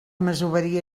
masoveria